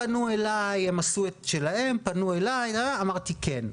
הם עשו את שלהם, פנו אליי, אמרתי כן.